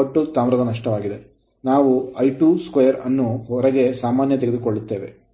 ಒಟ್ಟು ತಾಮ್ರದ ನಷ್ಟವಾಗಿದೆ ನಾವು I22ಅನ್ನು ಹೊರಗೆ ಸಾಮಾನ್ಯ ತೆಗೆದುಕೊಳ್ಳುತ್ತೇವೆ